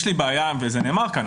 יש לי בעיה וזה נאמר כאן.